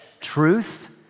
Truth